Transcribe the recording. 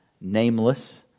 nameless